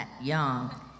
young